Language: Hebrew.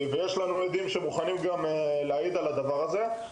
אותם עדים גם מוכנים להעיד על המקרה הזה.